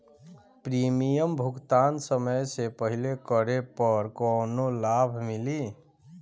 Premium भुगतान समय से पहिले करे पर कौनो लाभ मिली?